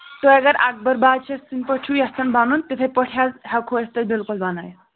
تُہۍ اگر اَکبر بادشاہ سٕنٛدۍ پٲٹھۍ چھُس یژھان بَنُن تِتھَے پٲٹھۍ حظ ہٮ۪کو أسۍ تۄہہِ بِلکُل بَنٲیِتھ